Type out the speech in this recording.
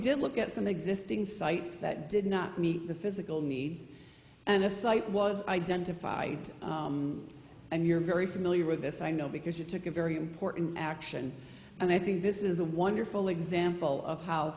did look at some existing sites that did not meet the physical needs and the site was identified and you're very familiar with this i know because it took a very important action and i think this is a wonderful example of how